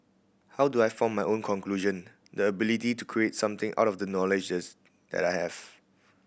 how do I form my own conclusion the ability to create something out of the knowledges that I have